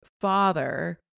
father